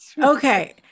Okay